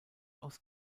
aus